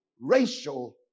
racial